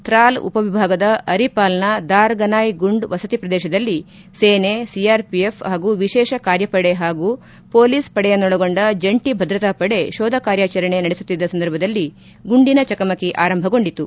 ತ್ರಾಲ್ ಉಪವಿಭಾಗದ ಅರಿಪಾಲ್ನ ದಾರ್ ಗನಾಯ್ ಗುಂಡ್ ವಸತಿ ಪ್ರದೇಶದಲ್ಲಿ ಸೇನೆ ಸಿಆರ್ಪಿಎಫ್ ಹಾಗೂ ವಿಶೇಷ ಕಾರ್ಯಪಡೆ ಹಾಗೂ ಪೊಲೀಸ್ ಪಡೆಯನ್ನೊಳಗೊಂಡ ಜಂಟ ಭದ್ರತಾ ಪಡೆ ಶೋಧ ಕಾರ್ಯಾಚರಣೆ ನಡೆಸುತ್ತಿದ್ದ ಸಂದರ್ಭದಲ್ಲಿ ಗುಂಡಿನ ಚಕಮಕಿ ಆರಂಭಗೊಂಡಿತು